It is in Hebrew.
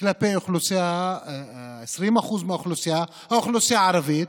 כלפי 20% מהאוכלוסייה, האוכלוסייה הערבית,